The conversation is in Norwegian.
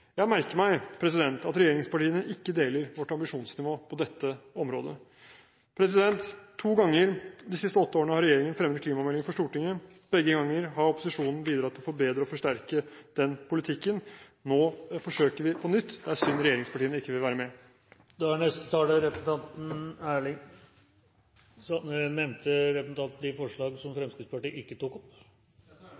Jeg merker meg at regjeringspartiene ikke deler vårt ambisjonsnivå på dette området. To ganger de siste åtte årene har regjeringen fremmet klimameldinger for Stortinget, og begge ganger har opposisjonen bidratt til å forbedre og forsterke den politikken. Nå forsøker vi på nytt, det er synd at regjeringspartiene ikke vil være med. Jeg vil med dette ta opp forslagene som Høyre og Kristelig Folkeparti har i innstillingen. Representanten